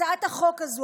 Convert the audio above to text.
הצעת החוק הזו,